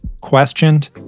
questioned